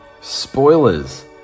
Spoilers